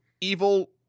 evil